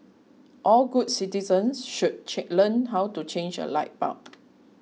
all good citizens should learn how to change a light bulb